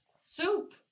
Soup